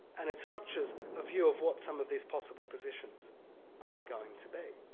and it structures a view of what some of these possible positions are going to be.